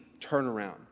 turnaround